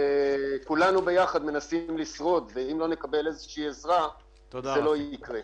כולנו ביחד מנסים לשרוד ואם לא נקבל איזושהי עזרה זה לא יקרה.